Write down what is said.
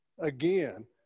Again